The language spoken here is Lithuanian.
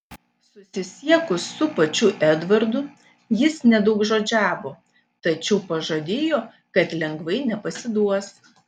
susisiekus su pačiu edvardu jis nedaugžodžiavo tačiau pažadėjo kad lengvai nepasiduos